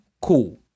Cool